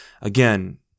again